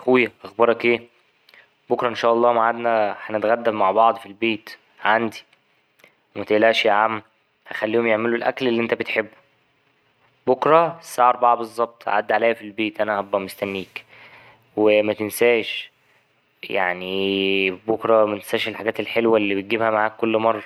يا أخويا أخبارك أيه بكرة ان شاء الله معادنا هنتغدى مع بعض في البيت عندي ومتقلقش ياعم هخليهم يعملوا الأكل اللي أنت بتحبه بكرة الساعة أربعة بالظبط عدي عليا في البيت أنا هبقى مستنيك ومتنساش يعني بكرة متنساش الحاجات الحلوة اللي بتجيبها معاك كل مرة.